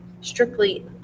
strictly